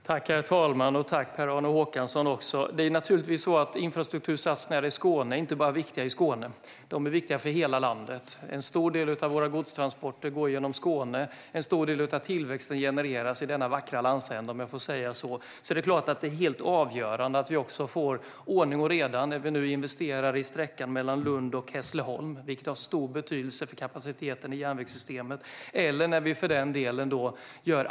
Herr talman! Tack, Per-Arne Håkansson! Infrastruktursatsningar i Skåne är inte bara viktiga för Skåne, utan de är viktiga för hela landet. En stor del av godstransporterna går genom Skåne, och en stor del av tillväxten genereras i denna vackra landsända - om jag får säga så. Det är klart att det är helt avgörande att det blir ordning och reda när vi nu investerar i sträckan mellan Lund och Hässleholm. Det har stor betydelse för kapaciteten i järnvägssystemet, liksom när vi gör andra investeringar.